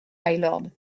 mylord